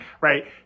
right